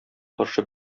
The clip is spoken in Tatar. каршы